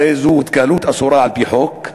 הרי זאת התקהלות אסורה על-פי חוק.